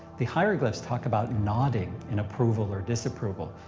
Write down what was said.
the hieroglyphs talk about nodding in approval or disapproval.